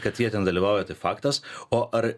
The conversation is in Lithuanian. kad jie ten dalyvauja tai faktas o ar